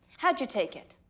how'd you take it?